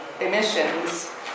emissions